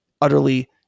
utterly